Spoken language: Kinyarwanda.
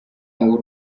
w’u